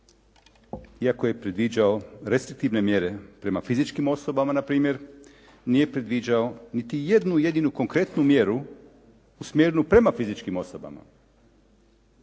iako je predviđao restriktivne mjere prema fizičkim osobama na primjer nije predviđao niti jednu jedinu konkretnu mjeru usmjerenu prema fizičkim osobama.